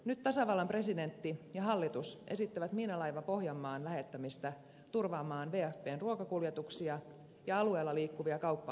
nyt tasavallan presidentti ja hallitus esittävät miinalaiva pohjanmaan lähettämistä turvaamaan wfpn ruokakuljetuksia ja alueella liikkuvia kauppa aluksia